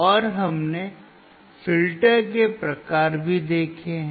और हमने फिल्टर के प्रकार भी देखे हैं